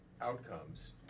outcomes